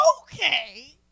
Okay